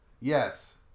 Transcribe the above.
Yes